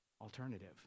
alternative